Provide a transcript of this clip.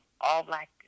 all-black